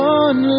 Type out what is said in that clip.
one